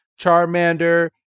Charmander